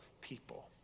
people